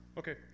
Okay